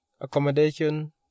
accommodation